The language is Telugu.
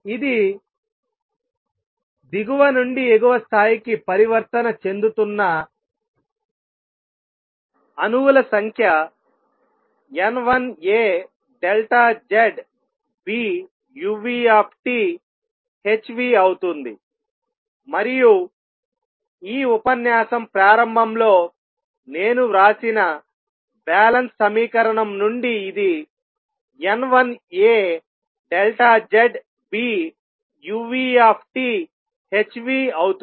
ఇది దిగువ నుండి ఎగువ స్థాయికి పరివర్తన చెందుతున్న అణువుల సంఖ్య n1aZBuThν అవుతుంది మరియు ఈ ఉపన్యాసం ప్రారంభంలో నేను వ్రాసిన బ్యాలెన్స్ సమీకరణం నుండి ఇది n1aZB uThν అవుతుంది